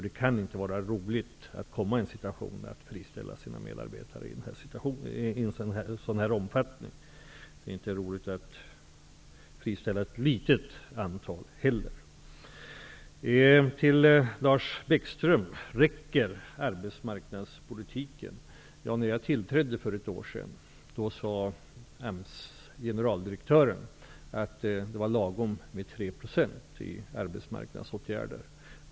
Det kan inte vara roligt att hamna i en situation då man måste friställa så många av sina medarbetare. Det är naturligtvis inte heller roligt att friställa ett litet antal av sina medarbetare. Lars Bäckström frågade om arbetsmarknadspolitiken räcker. När jag tillträdde för ett år sedan sade generaldirektören för AMS att det var lagom med 3 % i arbetsmarknadsåtgärder.